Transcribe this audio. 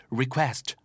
request